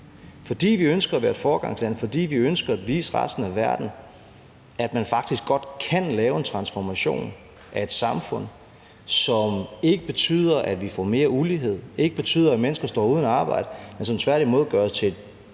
fordi vi ønsker at være et foregangsland, og fordi vi ønsker at vise resten af verden, at man faktisk godt kan lave en transformation af et samfund, som ikke betyder, at vi får mere ulighed, som ikke betyder, at mennesker står uden arbejde, men som tværtimod gør os til et